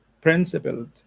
principled